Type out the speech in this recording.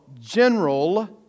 general